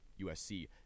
USC